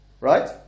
Right